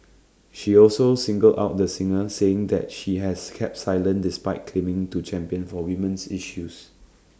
she also singled out the singer saying that she has kept silent despite claiming to champion for women's issues